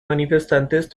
manifestantes